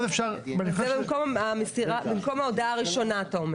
אתה אומר שזה במקום ההודעה הראשונה.